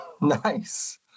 Nice